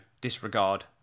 disregard